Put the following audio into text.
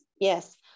Yes